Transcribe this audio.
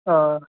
آ آ